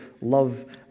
love